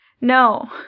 No